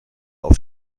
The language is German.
auf